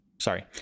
Sorry